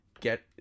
get